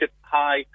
hi